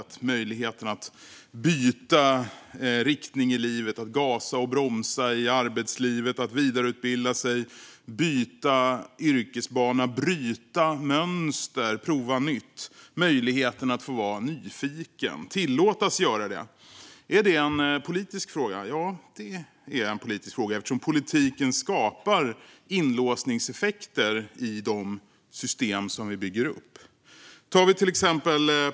Det handlar om möjligheten att byta riktning i livet, att gasa och bromsa i arbetslivet, att vidareutbilda sig, att byta yrkesbana, att bryta mönster och att prova nytt. Det handlar om möjligheten att få vara nyfiken och att tillåtas vara det. Är det en politisk fråga? Ja, det är det, eftersom politiken skapar inlåsningseffekter i de system som vi bygger upp.